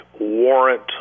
warrant